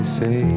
say